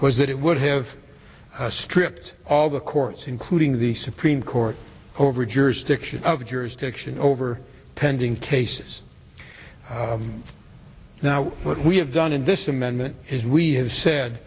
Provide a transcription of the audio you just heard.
was that it would have stripped all the courts including the supreme court over jurisdiction of jurisdiction over pending cases now what we have done in this amendment is we have said